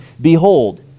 Behold